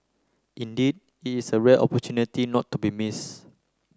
indeed it is a rare opportunity not to be missed